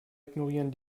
ignorieren